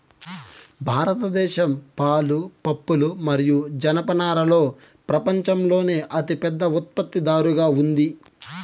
భారతదేశం పాలు, పప్పులు మరియు జనపనారలో ప్రపంచంలోనే అతిపెద్ద ఉత్పత్తిదారుగా ఉంది